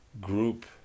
group